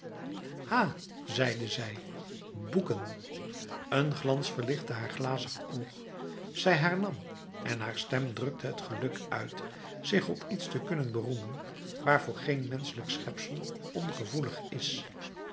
ha zeide zij boeken een glans verlichtte haar glazig oog zij hernam en haar stem drukte het geluk uit zich op iets te kunnen beroemen waarvoor geen menschelijk schepsel ongevoelig is